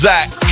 Zach